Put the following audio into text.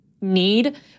need